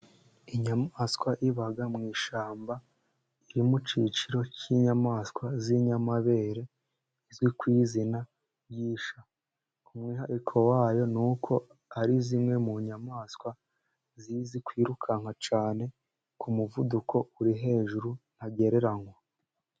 Inyamaswa iba mu ishyamba iri mu cyiciro cy'inyamaswa z'inyamabere, izwi ku izina ry'ishya. Umwihariko wayo ni uko ari imwe mu nyamaswa izi kwirukanka cyane ku muvuduko uri hejuru ntagereranywa.